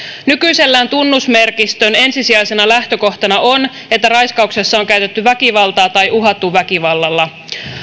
nykyisellään tunnusmerkistön ensisijaisena lähtökohtana on että raiskauksessa on käytetty väkivaltaa tai uhattu väkivallalla